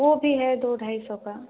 वह भी है दो ढाई सौ का